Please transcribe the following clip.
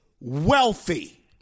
wealthy